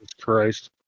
Christ